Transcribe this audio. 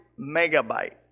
megabyte